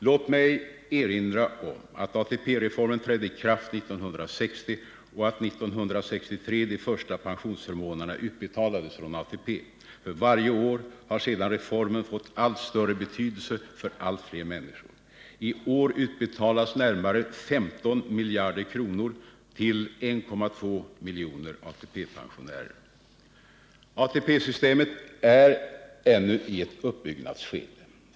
Låt mig erinra om att ATP-reformen trädde i kraft 1960 och att de första pensionsförmånerna utbetalades från ATP 1963. För varje år har sedan reformen fått allt större betydelse för allt fler människor. I år utbetalas närmare 15 miljarder kronor till 1,2 miljoner ATP-pensionärer. ATP-systemet är ännu i ett uppbyggnadsskede.